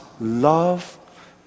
love